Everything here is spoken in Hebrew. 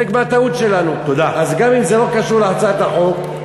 אז גם אם זה לא קשור להצעת החוק,